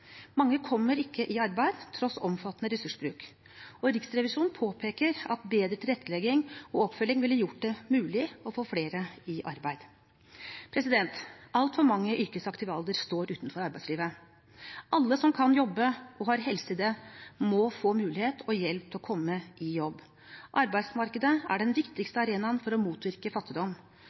Mange kommer ikke i arbeid, tross omfattende ressursbruk, og Riksrevisjonen påpeker at bedre tilrettelegging og oppfølging ville gjort det mulig å få flere i arbeid. Altfor mange i yrkesaktiv alder står utenfor arbeidslivet. Alle som kan jobbe og har helse til det, må få mulighet og hjelp til å komme i jobb. Arbeidsmarkedet er den viktigste arenaen for å motvirke fattigdom.